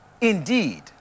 Indeed